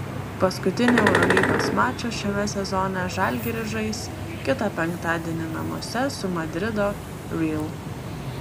paskutinį eurolygos mačą šiame sezone žalgiris žais kitą penktadienį namuose su madrido real